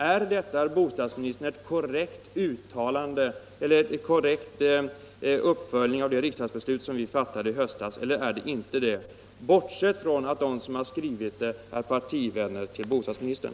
Är detta, herr bostadsminister, en korrekt uppföljning av det riksdagsbeslut som vi fattade i höstas eller är det inte det — bortsett från att de som har skrivit det är partivänner till bostadsministern?